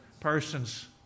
Persons